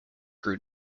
grew